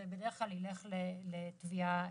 זה בדרך כלל ילך לתביעה אזרחית.